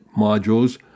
modules